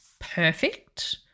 perfect